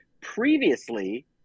previously